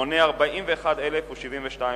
הוא 41,072 חברים.